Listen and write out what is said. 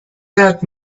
that